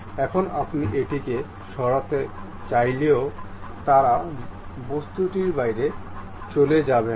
এখন আপনি এটিকে সরাতে চাইলেও তারা সেই বস্তুর বাইরে চলে যাবে না